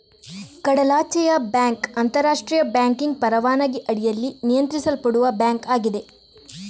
ಕಡಲಾಚೆಯ ಬ್ಯಾಂಕ್ ಅಂತರಾಷ್ಟ್ರೀಯ ಬ್ಯಾಂಕಿಂಗ್ ಪರವಾನಗಿ ಅಡಿಯಲ್ಲಿ ನಿಯಂತ್ರಿಸಲ್ಪಡುವ ಬ್ಯಾಂಕ್ ಆಗಿದೆ